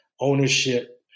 ownership